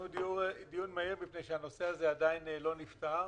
ביקשנו דיון מהיר מפני שהנושא הזה עדיין לא נפתר.